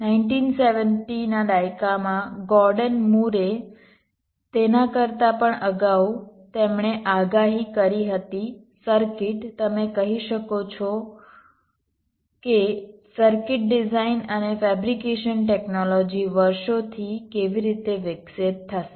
1970ના દાયકામાં ગોર્ડન મૂરે તેના કરતાં પણ અગાઉ તેમણે આગાહી કરી હતી સર્કિટ તમે કહી શકો કે સર્કિટ ડિઝાઇન અને ફેબ્રિકેશન ટેકનોલોજી વર્ષોથી કેવી રીતે વિકસિત થશે